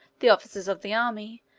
the officers of the army,